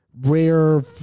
rare